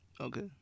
Okay